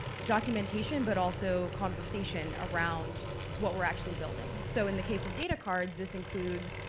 documentation, but also conversation around what we're actually building. so in the case of data cards, this includes,